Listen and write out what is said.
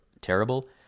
terrible